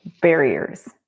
barriers